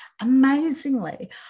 amazingly